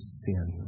sin